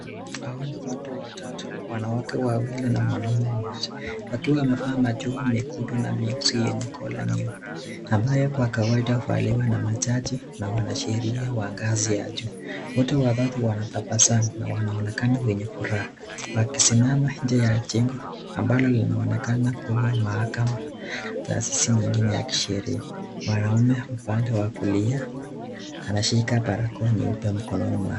Hawa ni watu watatu, wanawake wawili na mwanaume mmoja. Wakiwa wamevaa majoho mekundu na meusi yenye kola nyeupe, ambayo kwa kawaida huvaliwa na majaji na wanasheria wa ngazi ya juu. Watu watatu wanatabasamu na wanaonekana wenye furaha, wakisimama nje ya jengo ambalo linaonekana kuwa mahakama, taasisi nyingine ya kisheria. Mwanaume wa upande wa kulia, anashika barakoa nyeupe mkononi mwake.